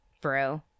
bro